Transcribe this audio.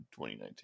2019